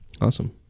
Awesome